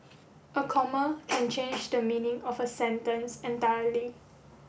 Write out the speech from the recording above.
a comma can change the meaning of a sentence entirely